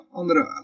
andere